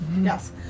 Yes